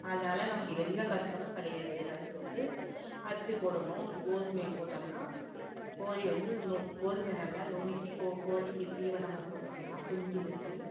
அதால நமக்கு எந்த கஷ்டமும் கிடையாது அதுக்கு வந்து அரிசி போடணும் ஒரு கோதுமையை போட்டோம்னா கோழி வந்து இன்னும் கோதுமையை நல்லா நுணுக்கி கோழிக்கு தீவனமாக போட்டோம்னா குஞ்சுகளுக்கு